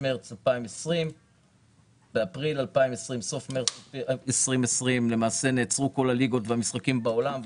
מרץ 2020. באפריל 2020 נעצרו כל הליגות והמשחקים בעולם.